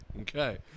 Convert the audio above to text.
Okay